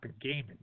gaming